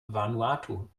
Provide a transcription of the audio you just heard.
vanuatu